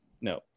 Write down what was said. No